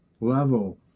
level